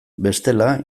bestela